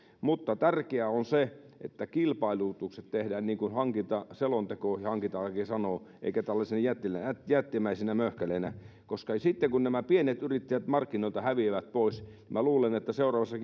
mutta tärkeää on se että kilpailutukset tehdään niin kuin hankintaselonteko ja hankintalaki sanovat eikä tällaisena jättimäisenä jättimäisenä möhkäleenä koska sitten kun nämä pienet yrittäjät markkinoilta häviävät pois niin minä luulen että seuraavassa